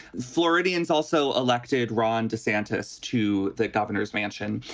floridians also elected ron desantis to the governor's mansion,